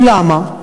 למה?